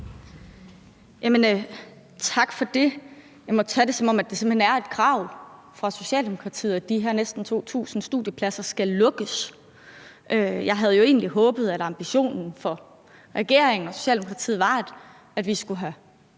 Tak for det. Jeg må tage det, som at det simpelt hen er et krav fra Socialdemokratiet, at de her næsten 2.000 studiepladser skal lukkes. Jeg havde jo egentlig håbet, at ambitionen for regeringen og Socialdemokratiet var, at vi skulle have